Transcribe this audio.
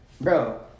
bro